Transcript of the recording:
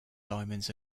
diamonds